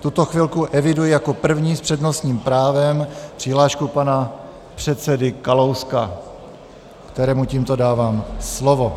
V tuto chvilku eviduji jako první s přednostním právem přihlášku pana předsedy Kalouska, kterému tímto dávám slovo.